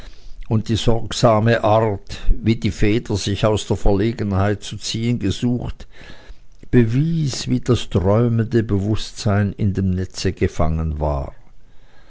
und die sorgsame art wie die feder sich aus der verlegenheit zu ziehen gesucht bewies wie das träumende bewußtsein in dem netze gefangen war